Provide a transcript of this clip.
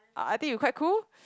uh I think you quite cool